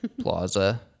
plaza